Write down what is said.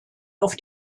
auf